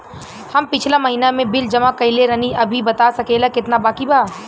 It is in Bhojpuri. हम पिछला महीना में बिल जमा कइले रनि अभी बता सकेला केतना बाकि बा?